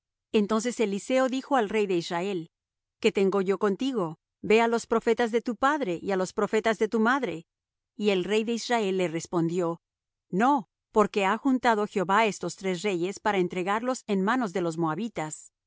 entonces eliseo dijo al rey de israel qué tengo yo contigo ve á los profetas de tu padre y á los profetas de tu madre y el rey de israel le respondió no porque ha juntado jehová estos tres reyes para entregarlos en manos de los moabitas y